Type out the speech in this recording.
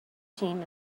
team